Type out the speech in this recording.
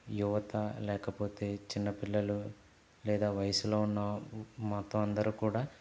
యువత లేకపోతే చిన్నపిల్లలు లేదా వయసులో ఉన్న మొత్తం అందరూ కూడా